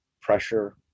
pressure